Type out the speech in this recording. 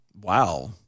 Wow